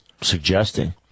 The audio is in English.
suggesting